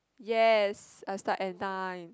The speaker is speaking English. yes I start at nine